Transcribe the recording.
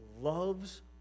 loves